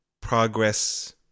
progress